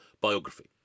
biography